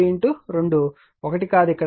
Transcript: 5 2 1 కాదు ఇక్కడ మొత్తం విలువ 1